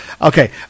okay